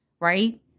Right